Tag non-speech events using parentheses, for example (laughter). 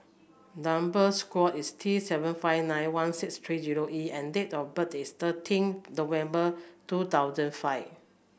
number (unintelligible) is T seven five nine one six three zero E and date of birth is thirteen November two thousand five